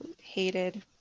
hated